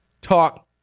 talk